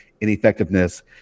ineffectiveness